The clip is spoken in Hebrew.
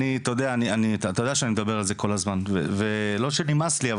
אתה יודע שאני מדבר על זה כל הזמן ולא שנמאס לי,